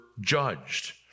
judged